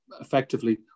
effectively